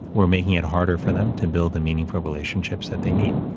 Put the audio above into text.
we're making it harder for them to build the meaningful relationships that they need.